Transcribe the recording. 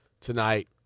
tonight